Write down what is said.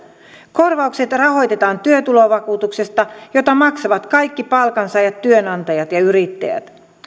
korvaukset rahoitetaan työtulovakuutuksesta jota maksavat kaikki palkansaajat työnantajat ja yrittäjät